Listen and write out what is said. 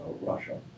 Russia